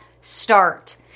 start